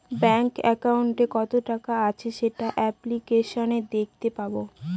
bank একাউন্টে কত টাকা আছে সেটা অ্যাপ্লিকেসনে দেখাতে পাবো